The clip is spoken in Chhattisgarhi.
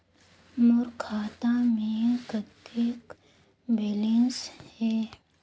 मोर खाता मे कतेक बैलेंस हे?